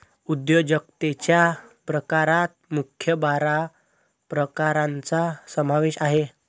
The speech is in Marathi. उद्योजकतेच्या प्रकारात मुख्य बारा प्रकारांचा समावेश आहे